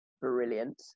brilliant